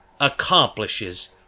accomplishes